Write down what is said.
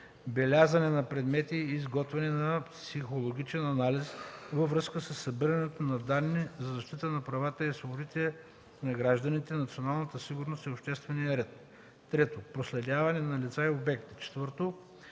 белязване на предмети и изготвяне на психологичен анализ във връзка със събирането на данни за защита на правата и свободите на гражданите, националната сигурност и обществения ред; 3. проследяване на лица и обекти; 4.